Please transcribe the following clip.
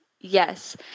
yes